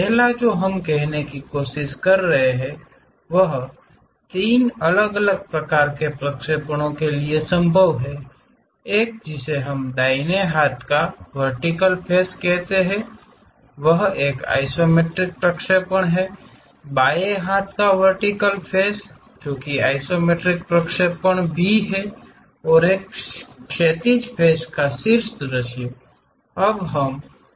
पहला जो हम कहने की कोशिश कर रहे हैं वह तीन अलग अलग प्रकार के प्रक्षेपणों के लिए संभव है एक जिसे हम दाहिने हाथ का वर्तिकल फ़ेस कहते हैं वह एक आइसोमेट्रिक प्रक्षेपण है बाएं हाथ का वर्तिकल face जो कि आइसोमेट्रिक प्रक्षेपण भी है और उस क्षैतिज फ़ेस का शीर्ष दृश्य है